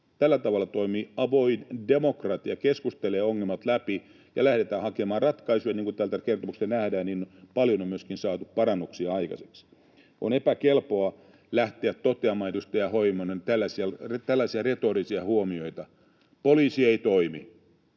Tällä tavalla toimii avoin demokratia: keskustelee ongelmat läpi, ja lähdetään hakemaan ratkaisuja. Niin kuin täältä kertomuksesta nähdään, paljon on myöskin saatu parannuksia aikaiseksi. On epäkelpoa lähteä toteamaan, edustaja Heinonen, tällaisia retorisia huomioita: ”poliisi ei toimi”,